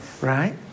Right